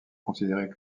considéré